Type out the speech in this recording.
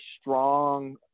strong